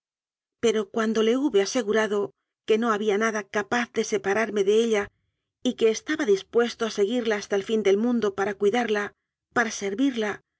pero cuando le hube asegurado que ao había nada capaz de separarme de ella y que estaba dispuesto a seguirla hasta el fin del mun do para cuidarla para servirla